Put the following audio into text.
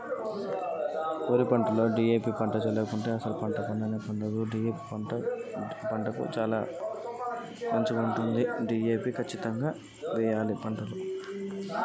వరి పంట డి.ఎ.పి మందును చల్లచ్చా?